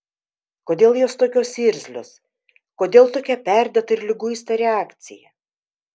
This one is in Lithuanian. kodėl jos tokios irzlios kodėl tokia perdėta ir liguista reakcija